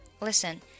Listen